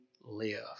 live